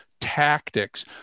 tactics